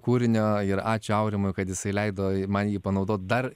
kūrinio ir ačiū aurimui kad jisai leido man jį panaudot dar